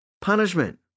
punishment